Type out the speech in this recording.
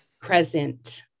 present